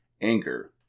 anger